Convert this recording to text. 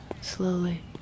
slowly